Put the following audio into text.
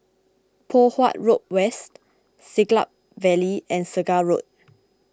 Poh Huat Road West Siglap Valley and Segar Road